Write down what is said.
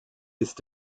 ist